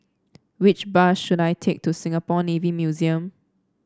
which bus should I take to Singapore Navy Museum